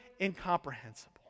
incomprehensible